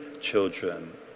children